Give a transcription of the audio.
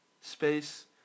space